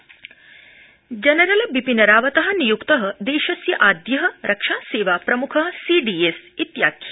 Bipin Rawat general Bipin Rawat देशस्य आद्य रक्षा सेवा प्रमुख सीडीएस इत्याख्य